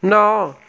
ਨੌ